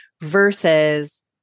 versus